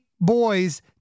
boys